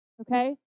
okay